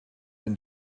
and